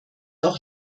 auch